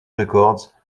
records